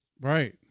Right